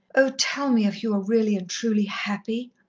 oh, tell me if you are really and truly happy.